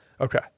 Okay